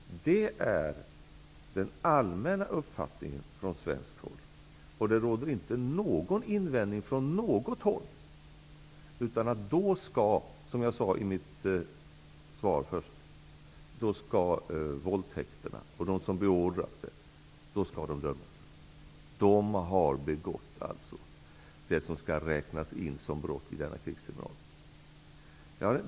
Det är den allmänna uppfattningen från svenskt håll. Det finns inte någon invändning från något håll. Som jag sade i mitt svar skall de som har beordrat och de som har begått våldtäkt dömas. De har begått något som skall räknas in som brott i denna krigstribunal.